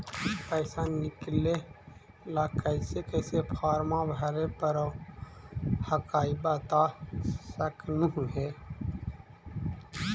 पैसा निकले ला कैसे कैसे फॉर्मा भरे परो हकाई बता सकनुह?